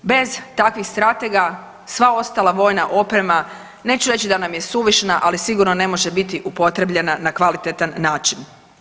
Bez takvih stratega sva ostala vojna oprema, neću reći da nam je suvišna, ali sigurno ne može biti upotrjebljena na kvalitetan način.